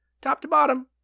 top-to-bottom